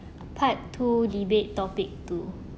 part two debate topic two